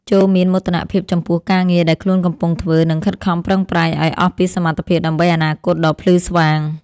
ចូរមានមោទនភាពចំពោះការងារដែលខ្លួនកំពុងធ្វើ និងខិតខំប្រឹងប្រែងឱ្យអស់ពីសមត្ថភាពដើម្បីអនាគតដ៏ភ្លឺស្វាង។